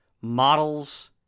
models